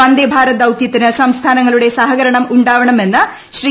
വന്ദേഭാരത് ദൌത്യത്തിന് സംസ്ഥാനങ്ങളുടെ സഹകരണം ഉണ്ടാവണമെന്ന് ശ്രീ